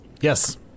Yes